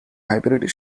hybrid